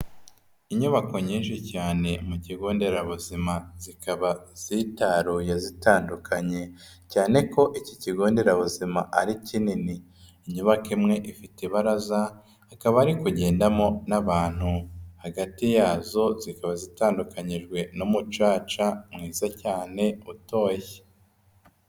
Inyubako nyinshi cyane mu kigo nderabuzima, zikaba zitaruye zitandukanye, cyane ko iki kigo nderabuzima ari kinini, inyubako imwe ifite ibaraza, hakaba hari kugendamo n'abantu, hagati yazo zikaba zitandukanyijwe n'umucaca mwiza cyane utoshye.